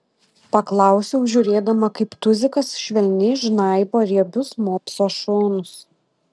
paklausiau žiūrėdama kaip tuzikas švelniai žnaibo riebius mopso šonus